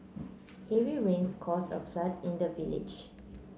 heavy rains caused a flood in the village